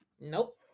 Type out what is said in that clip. Nope